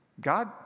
God